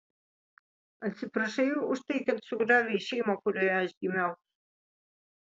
atsiprašai už tai kad sugriovei šeimą kurioje aš gimiau